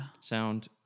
sound